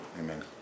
Amen